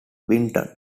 winton